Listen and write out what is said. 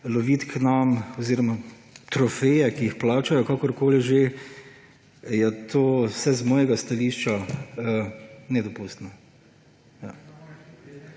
lovit k nam oziroma po trofeje, ki jih plačajo, ali kakorkoli že, je vsaj z mojega stališča nedopustno.